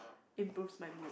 improves my food